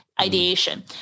ideation